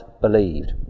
believed